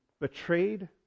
betrayed